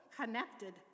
connected